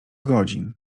godzin